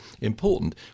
important